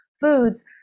foods